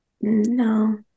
No